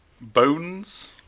Bones